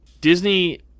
Disney